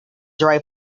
dry